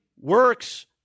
works